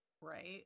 right